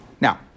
Now